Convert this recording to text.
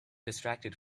distracted